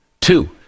Two